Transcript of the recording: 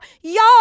Y'all